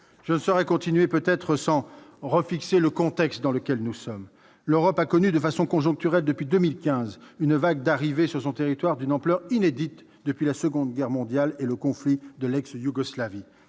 Je ne saurais continuer sans rappeler le contexte dans lequel nous nous trouvons. L'Europe a connu depuis 2015 une vague d'arrivées sur son territoire d'une ampleur inédite depuis la Seconde Guerre mondiale et le conflit de l'ex-Yougoslavie